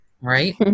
right